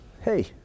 hey